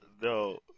no